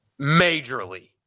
majorly